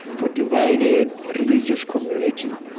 for divided religious community.